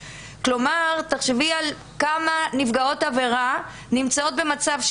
כלומר: תחשבי כמה נפגעות עבירה נמצאות במצב,